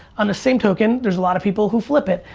on the same token, there's a lot of people who flip it.